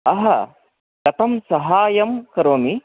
कथं साहाय्यं करोमि